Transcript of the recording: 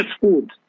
food